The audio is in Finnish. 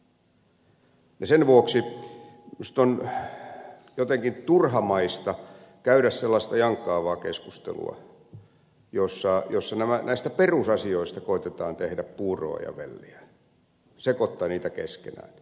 sen vuoksi minusta on jotenkin turhamaista käydä sellaista jankkaavaa keskustelua jossa näistä perusasioista koetetaan tehdä puuroa ja velliä sekoittaa niitä keskenään